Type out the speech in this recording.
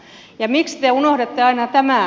miksi te unohdatte aina tämän